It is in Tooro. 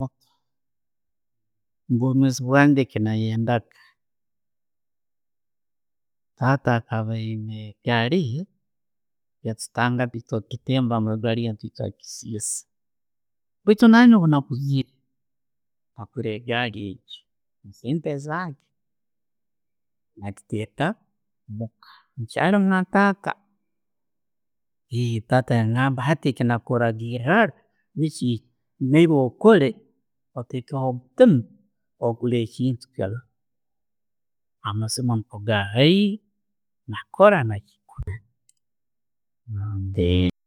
Omubwomeezi bwangwe kyenayendaga, taata akaba ayiine egaliye, yatutangaga kugiteemba ngu egaali tugya gisiisa baitu nangye bwenakuziire, na'gura egaali egyo omusente ezange nagiteeka muka taata yagamba hati kyenakuragiiriraga nikyekyo. Genda okole, ottekeho omuttima, okule ekintu kyaawe, amaaziima niikwo gaabaire, nazikora.